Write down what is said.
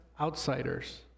outsiders